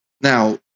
Now